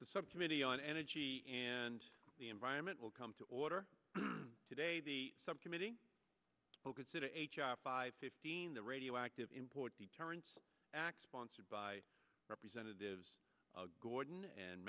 the subcommittee on energy and the environment will come to order today the subcommittee will consider h r five fifteen the radioactive import deterrence acts sponsored by representatives of gordon and